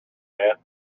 man